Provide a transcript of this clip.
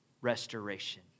restoration